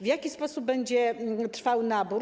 W jaki sposób będzie trwał nabór?